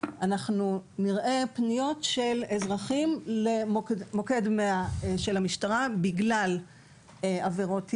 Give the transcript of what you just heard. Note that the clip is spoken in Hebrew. אנחנו נראה פניות של אזרחים למוקד 100 של המשטרה בגלל עבירות ירי,